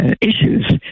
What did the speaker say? issues